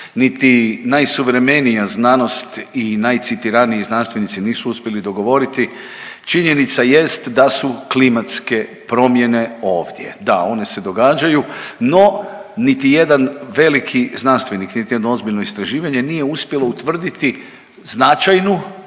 niti najsuvremenija znanost i najcitiraniji znanstvenici nisu uspjeli dogovoriti činjenica jest da su klimatske promjene ovdje. Da, one se događaju no niti jedan veliki znanstvenik, niti jedno ozbiljno istraživanje nije uspjelo utvrditi značajnu